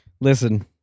listen